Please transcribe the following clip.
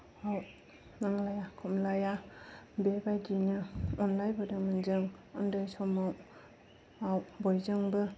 आव नांलाया खमलाया बेबायदिनो अननाय मोजां मोननायजों उन्दै समाव आव बयजोंबो